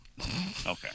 Okay